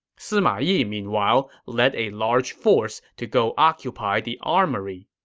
sima yi, meanwhile, led a large force to go occupy the armory.